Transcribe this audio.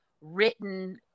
written